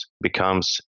becomes